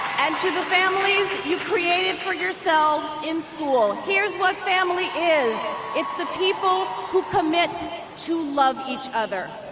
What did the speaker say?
and to the families you created for yourselves in school. here's what family is it's the people who commit to love each other.